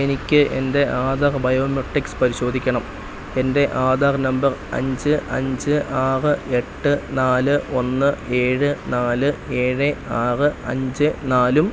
എനിക്ക് എൻ്റെ ആധാർ ബയോമെര്ടിക്സ് പരിശോധിക്കണം എൻ്റെ ആധാർ നമ്പർ അഞ്ച് അഞ്ച് ആറ് എട്ട് നാല് ഒന്ന് ഏഴ് നാല് ഏഴ് ആറ് അഞ്ചേ് നാലും